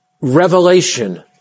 Revelation